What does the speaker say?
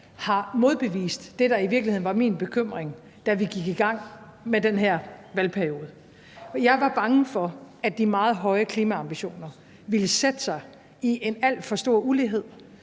har modbevist det, der i virkeligheden var min bekymring, da vi gik i gang med den her valgperiode. Jeg var bange for, at de meget høje klimaambitioner ville sætte sig i en alt for stor ulighed,